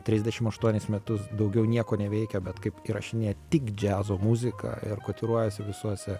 trisdešim aštuonis metus daugiau nieko neveikia bet kaip įrašinėja tik džiazo muziką ir kotiruojasi visuose